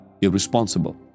irresponsible